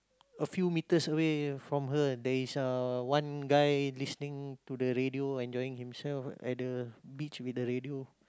a few meters away from her there is uh one guy listening to the radio enjoying himself at the beach with the radio